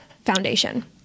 foundation